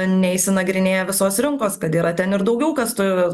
neišsinagrinėję visos rinkos kad yra ten ir daugiau kas tu